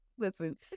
Listen